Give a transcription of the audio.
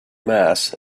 mass